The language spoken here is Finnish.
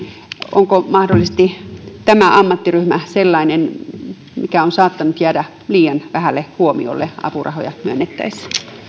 onko mahdollisesti tämä ammattiryhmä sellainen mikä on saattanut jäädä liian vähälle huomiolle apurahoja myönnettäessä